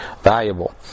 valuable